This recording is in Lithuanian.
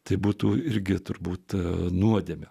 tai būtų irgi turbūt nuodėmę